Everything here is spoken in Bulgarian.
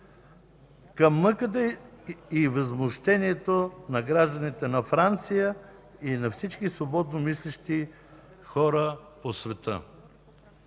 към мъката и възмущението на гражданите на Франция и на всички свободно мислещи хора по света.